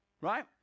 Right